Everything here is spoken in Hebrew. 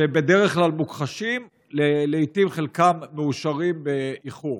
שבדרך כלל מוכחשים, לעיתים חלקם מאושרים באיחור.